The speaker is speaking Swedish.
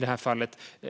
Den